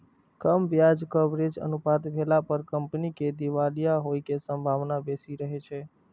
कम ब्याज कवरेज अनुपात भेला पर कंपनी के दिवालिया होइ के संभावना बेसी रहै छै